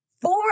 four